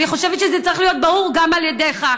אני חושבת שזה צריך להיות ברור גם על ידיך,